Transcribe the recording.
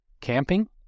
camping